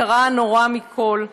קרה הנורא מכול,